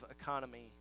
economy